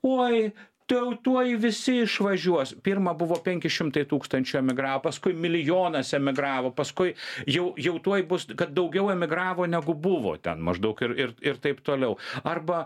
uoj tuojau tuoj visi išvažiuos pirma buvo penki šimtai tūkstančių emigravo paskui milijonas emigravo paskui jau jau tuoj bus kad daugiau emigravo negu buvo ten maždaug ir ir ir taip toliau arba